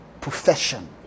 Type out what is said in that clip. profession